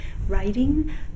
writing